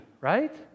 right